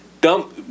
dump